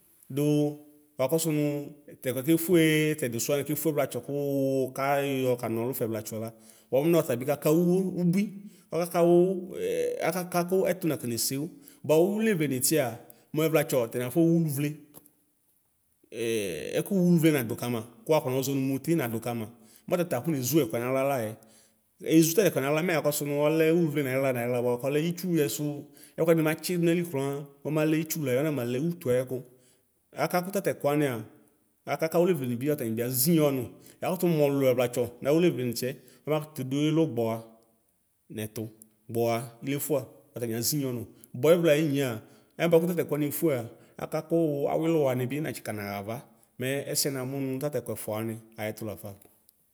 Dʋ wʋafʋsʋ nʋ tɛkʋɛ efʋe tɛdʋsʋɛ kefʋe ɛvlatsɔ kʋ wʋkayɔ kama ɔlʋ fɛvlatsɔ la bʋa wʋnɔtabi kakawʋ ʋbui ɔkaka wʋ akakakʋ ɛtʋ nakɔ nese wʋ bʋa awʋ levle nitia mʋ ɛvlatsɔ ɔtani afɔ wʋ ʋlʋvlɛ ɛkʋ wʋ ʋlʋvle nadʋ kama kʋ wakɔnɔzɔ nʋ mɔte nadʋ kama mɔtata akɔ nezʋ ɛkʋ naɣla layɛ ezʋ tɛkʋ naɣla mɛ yakɔsʋ nʋ ɔlɛ ʋlʋvle nayixla nayixla bʋakʋ ɔlɛ itsʋyɛ sʋ ɛkʋɛdi matsi dʋ nayili kran ɔmalɛ itsʋlɛ ɔnamalɛ ʋtʋ ayɛkʋ akakʋ tatɛ kʋwania akakʋ awilewleni bi azinye ɔnʋ yakʋtʋ ɔlʋlʋ ɛvlatsɔ nawʋ ilevle nitiɛ ɔbakʋtʋ dʋ ilʋ gbɔwa iliefʋa atani azinye ɔnʋ bʋa ɛvla ayinyea ɛbʋakʋ tɛtɛkʋ wani efʋa akakʋ wʋ awilʋ wani bi natsikana xava mɛ ɛsɛ namʋnʋ tatɛkʋ ɛfʋa wani ayɛtʋ lafa.